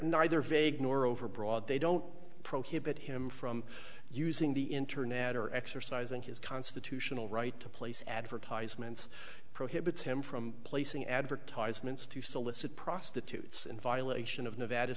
neither vague nor overbroad they don't prohibit him from using the internet or exercising his constitutional right to place advertisements prohibits him from placing advertisements to solicit prostitutes in violation of nevada